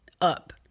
up